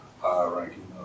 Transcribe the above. high-ranking